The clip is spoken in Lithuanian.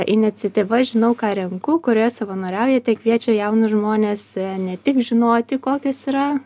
iniciatyva žinau ką renku kurioje savanoriaujate kviečia jaunus žmones ne tik žinoti kokios yra